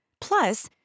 Plus